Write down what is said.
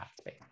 space